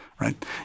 right